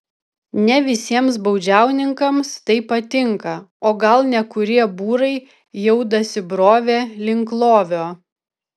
ne visiems baudžiauninkams tai patinka o gal nekurie būrai jau dasibrovė link lovio